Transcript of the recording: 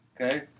Okay